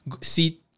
see